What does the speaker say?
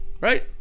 right